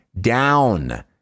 down